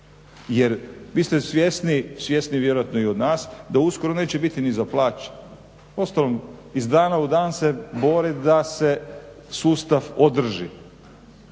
jer vi ste svjesni, svjesniji vjerojatno i od nas, da uskoro neće biti ni za plaće. Uostalom, iz dana u dan se bori da se sustav održi,